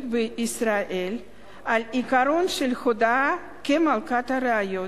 בישראל על עיקרון של הודאה כ"מלכת הראיות",